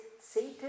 Satan